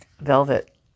velvet